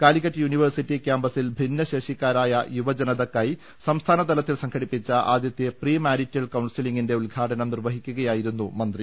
Calicut university ക്യാമ്പസിൽ ഭിന്നശേഷി ക്കാരായ യുവജനതക്കായി സംസ്ഥാനതലത്തിൽ സംഘടിപ്പിച്ച ആദ്യത്തെ പ്രീമാരിറ്റൽ കൌൺസിലിങ്ങിന്റെ ഉദ്ഘാടനം നിർവഹി ക്കുകയായിരുന്നു മന്ത്രി